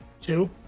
Two